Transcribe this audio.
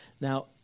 Now